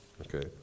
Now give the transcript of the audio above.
Okay